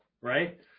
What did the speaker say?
right